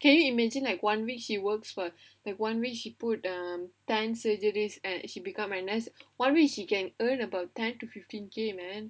can you imagine like one week she works for like one week she put um ten surgery and she become like anaes one week she can earn about ten to fifteen K man